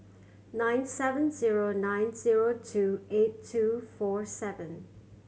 nine seven zero nine zero two eight two four seven